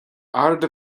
ard